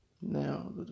Now